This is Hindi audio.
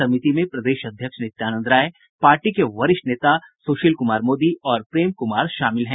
समिति में प्रदेश अध्यक्ष नित्यानंद राय पार्टी के वरिष्ठ नेता सुशील कुमार मोदी और प्रेम कुमार शामिल हैं